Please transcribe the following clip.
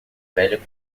velha